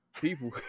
people